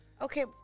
Okay